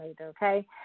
okay